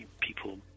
people